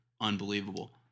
unbelievable